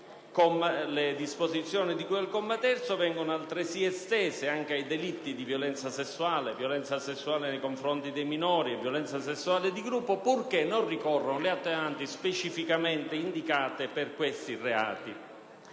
del codice di procedura penale vengono altresì estese ai delitti di violenza sessuale, violenza sessuale nei confronti di minori e violenza sessuale di gruppo, purché non ricorrano le attenuanti specificamente indicate per questi reati.